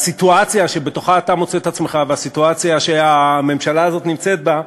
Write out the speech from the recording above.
לסיטואציה שבתוכה אתה מוצא את עצמך והסיטואציה שהממשלה הזאת נמצאת בה,